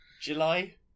July